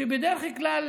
שבדרך כלל